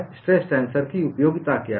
stress tensor की उपयोगिता क्या है